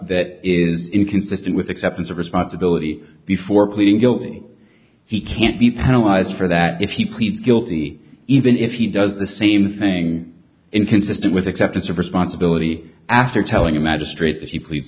is inconsistent with acceptance of responsibility before pleading guilty he can't be penalized for that if he pleads guilty even if he does the same thing inconsistent with acceptance of responsibility after telling a magistrate that he plead